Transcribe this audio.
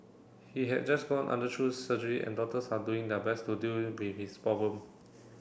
he had just gone surgery and doctors are doing their best to deal with his problem